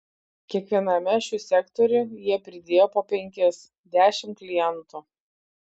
kiekviename šių sektorių jie pridėjo po penkis dešimt klientų